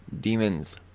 demons